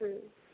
হুম